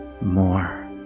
more